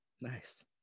nice